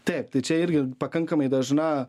taip tai čia irgi pakankamai dažna